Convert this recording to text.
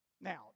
Now